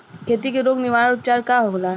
खेती के रोग निवारण उपचार का होला?